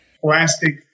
Plastic